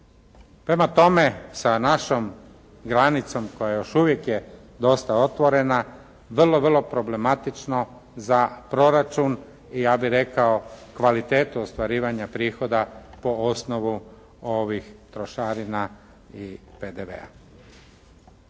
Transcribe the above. Prema tome, sa našom granicom koja još uvijek je dosta otvorena, vrlo vrlo problematično za proračun i ja bih rekao kvalitetu ostvarivanja prihoda po osnovu ovih trošarina i PDV-a.